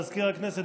מזכיר הכנסת,